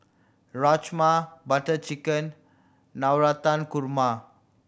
Rajma Butter Chicken Navratan Korma